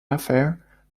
affair